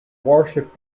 warship